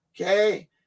Okay